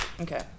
Okay